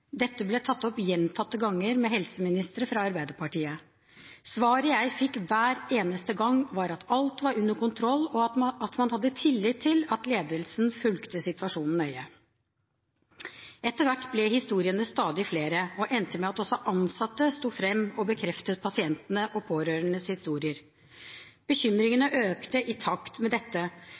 Dette ble tatt opp gjentatte ganger med helseministre fra Arbeiderpartiet. Svaret jeg fikk hver eneste gang, var at alt var under kontroll, og at man hadde tillit til at ledelsen fulgte situasjonen nøye. Etter hvert ble historiene stadig flere og endte med at også ansatte sto fram og bekreftet pasientenes og pårørendes historier. Bekymringene økte i takt med dette,